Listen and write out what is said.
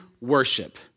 worship